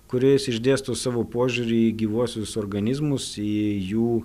kurioj jis išdėsto savo požiūrį į gyvuosius organizmus į jų